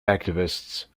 activists